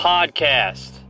Podcast